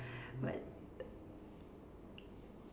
but